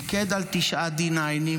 פיקד על תשעה D9,